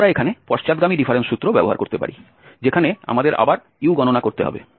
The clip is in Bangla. আমরা এখানে পশ্চাৎগামী ডিফারেন্স সূত্র ব্যবহার করতে পারি যেখানে আমাদের আবার u গণনা করতে হবে